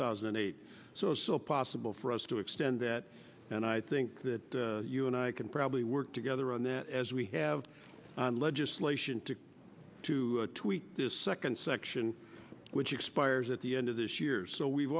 thousand and eight so so possible for us to extend that and i think that you and i can probably work together on that as we have on legislation to to tweak this second section which expires at the end of this year so we've